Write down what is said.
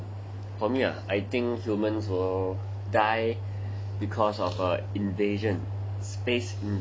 for me ah I think humans will die because of an invasion space invasion